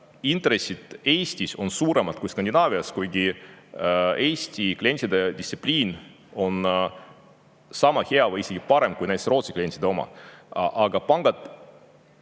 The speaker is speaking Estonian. Intressid on Eestis suuremad kui Skandinaavias, kuigi Eesti klientide distsipliin on sama hea või isegi parem kui näiteks Rootsi klientide oma. Aga pangad